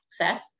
access